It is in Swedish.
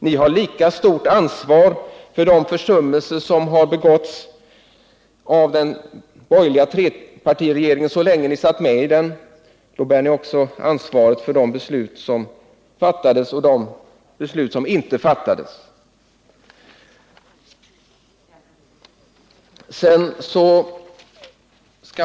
Ni satt med i den borgerliga trepartiregeringen, och ni har därför lika stort ansvar för de försummelser som begåtts, för de beslut som fattades och de som inte fattades.